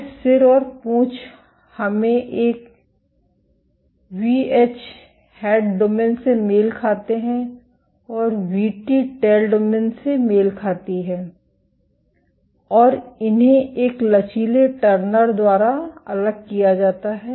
ये सिर और पूंछ हमें एक व्हीएच हेड डोमेन से मेल खाते हैं और व्हीटी टेल डोमेन से मेल खाती है और इन्हें एक लचीले टर्नर द्वारा अलग किया जाता है